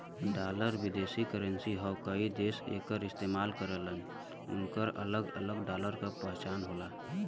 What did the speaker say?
dollar विदेशी currency हौ कई देश एकर इस्तेमाल करलन उनकर अलग अलग डॉलर क पहचान होला